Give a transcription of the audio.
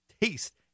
taste